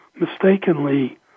mistakenly